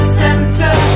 center